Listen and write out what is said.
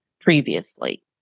previously